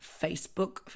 Facebook